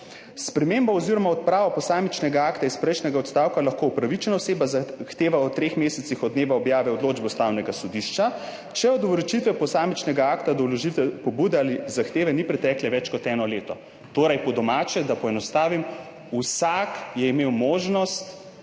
»Spremembo oziroma odpravo posamičnega akta iz prejšnjega odstavka lahko upravičena oseba zahteva v treh mesecih od dneva objave odločbe ustavnega sodišča, če od vročitve posamičnega akta do vložitve pobude ali zahteve ni preteklo več kot eno leto.« Torej, po domače, da poenostavim: vsak je imel možnost